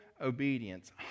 obedience